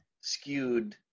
skewed